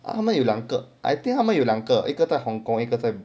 他们有两个 I think 他们有两个一个在 hong-kong 一个 time